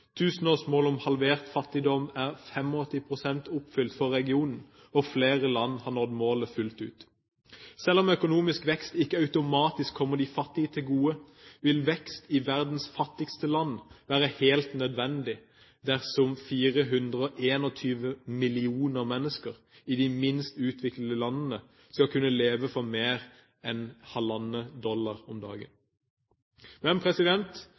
om halvert fattigdom er 85 pst. oppfylt for regionen, og flere land har nådd målet fullt ut. Selv om økonomisk vekst ikke automatisk kommer de fattige til gode, vil en vekst i verdens fattigste land være helt nødvendig dersom 421 millioner mennesker i de minst utviklede landene skal kunne leve for mer enn halvannen dollar om dagen. Men